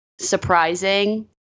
surprising